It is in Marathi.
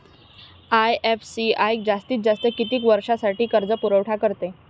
आय.एफ.सी.आय जास्तीत जास्त किती वर्षासाठी कर्जपुरवठा करते?